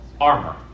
Armor